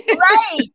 Right